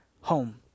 home